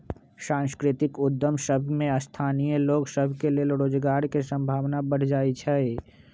सांस्कृतिक उद्यम सभ में स्थानीय लोग सभ के लेल रोजगार के संभावना बढ़ जाइ छइ